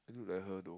look like her though